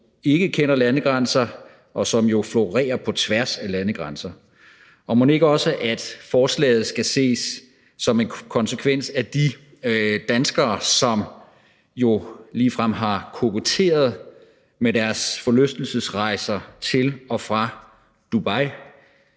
jo ikke kender landegrænser, og som florerer på tværs af landegrænser. Og mon ikke også forslaget skal ses som en konsekvens af adfærden hos de danskere, som jo ligefrem har koketteret med deres forlystelsesrejser til og fra Dubai